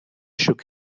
shook